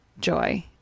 joy